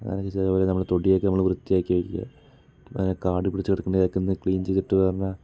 അങ്ങനെയൊക്കെ ചെയ്യുക നമ്മുടെ തൊടിയൊക്കെ നമ്മൾ വൃത്തിയാക്കി വെക്കുക എവിടേലും കാട് പിടിച്ച് കിടക്കുന്നുണ്ടെങ്കിൽ അതൊക്കെ ഒന്ന് ക്ലീൻ ചെയ്തിട്ടു പറഞ്ഞാൽ